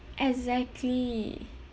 exactly